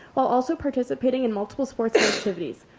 while also participating in multiple sports activities.